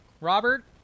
Robert